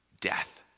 death